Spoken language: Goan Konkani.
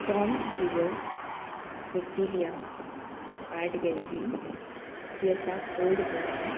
Bom Jesus basilica art gallery जी आसा ओल्ड गोवान